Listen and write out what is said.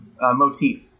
motif